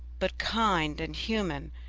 but kind and human,